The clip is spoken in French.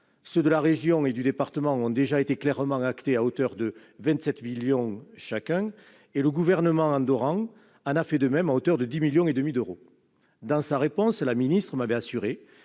Ceux de la région et du département ont déjà été clairement actés, à hauteur de 27 millions d'euros chacun, et le gouvernement andorran a fait de même à hauteur de 10,5 millions d'euros. Dans sa réponse, la ministre m'avait assuré